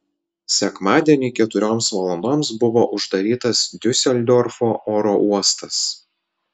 sekmadienį keturioms valandoms buvo uždarytas diuseldorfo oro uostas